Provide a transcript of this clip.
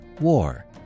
war